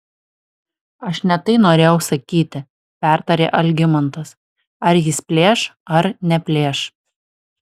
aš ne tai norėjau sakyti pertarė algimantas ar jis plėš ar neplėš